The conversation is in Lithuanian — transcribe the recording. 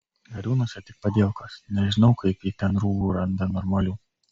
gariūnuose tik padielkos nežinau kaip ji ten rūbų randa normalių